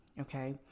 okay